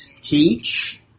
teach